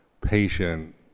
patient